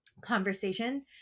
conversation